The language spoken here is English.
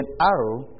arrow